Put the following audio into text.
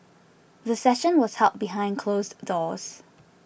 the session was held behind closed doors